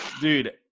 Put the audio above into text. Dude